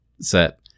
set